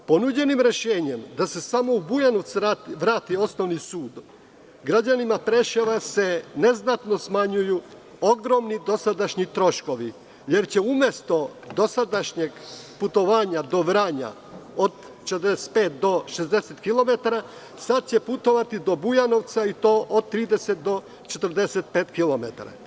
Ponuđenim rešenjem da se samo u Bujanovac vrati osnovni sud, građanima Preševa se neznatno smanjuju ogromni dosadašnji troškovi, jer će umesto dosadašnjeg putovanja do Vranja od 45 do 60 km, sada će putovati do Bujanovca, i to od 30 do 45 kilometara.